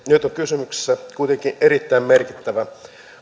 nyt on kysymyksessä kuitenkin erittäin merkittävä